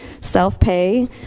self-pay